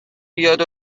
بیاد